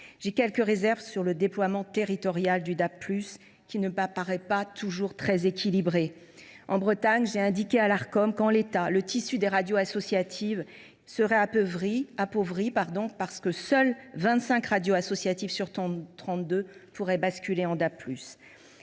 J’ai quelques réserves sur le déploiement territorial du DAB+, qui ne m’apparaît pas toujours très équilibré. En Bretagne, j’ai indiqué à l’Arcom qu’en l’état, le tissu des radios associatives risquait d’être appauvri parce que seulement 25 radios associatives sur 32 pourraient basculer en DAB+.